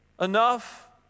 enough